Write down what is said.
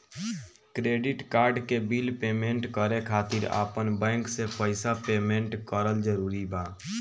Credit card के bill payment करे खातिर आपन बैंक से पईसा पेमेंट करल जरूरी बा?